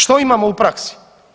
Što imamo u praksi?